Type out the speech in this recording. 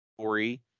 story